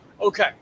okay